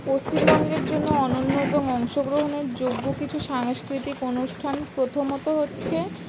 পশ্চিমবঙ্গের জন্য অনন্য এবং অংশগ্রহণের যোগ্য কিছু সাংস্কৃতিক অনুষ্ঠান প্রথমত হচ্ছে